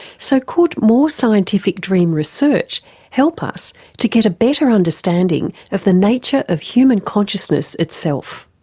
so could more scientific dream research help us to get a better understanding of the nature of human consciousness itself?